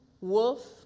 wolf